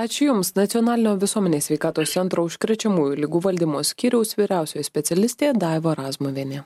ačiū jums nacionalinio visuomenės sveikatos centro užkrečiamųjų ligų valdymo skyriaus vyriausioji specialistė daiva razmuvienė